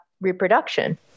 reproduction